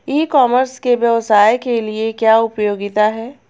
ई commerce के व्यवसाय के लिए क्या उपयोगिता है?